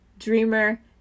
dreamer